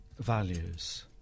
values